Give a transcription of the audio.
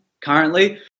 currently